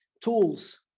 Tools